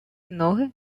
ноги